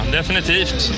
Definitivt